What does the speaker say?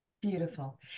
Beautiful